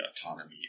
autonomy